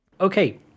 okay